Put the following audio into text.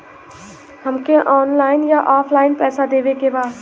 हमके ऑनलाइन या ऑफलाइन पैसा देवे के बा?